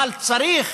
אבל צריך